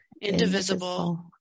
indivisible